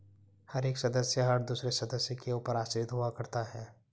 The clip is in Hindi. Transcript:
हर एक सदस्य हर दूसरे सदस्य के ऊपर आश्रित हुआ करता है